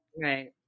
Right